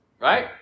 right